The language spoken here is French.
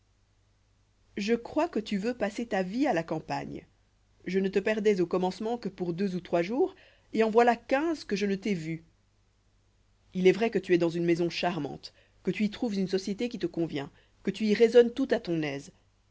e crois que tu veux passer ta vie à la campagne je ne te perdois au commencement que pour deux ou trois jours et en voilà quinze que je ne t'ai vu il est vrai que tu es dans une maison charmante que tu y trouves une société qui te convient que tu y raisonnes tout à ton aise